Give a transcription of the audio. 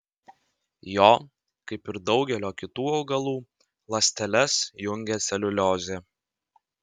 jo kaip ir daugelio kitų augalų ląsteles jungia celiuliozė